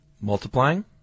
Multiplying